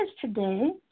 today